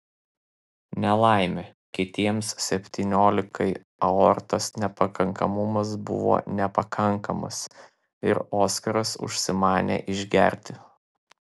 nelaimė kitiems septyniolikai aortos nepakankamumas buvo nepakankamas ir oskaras užsimanė išgerti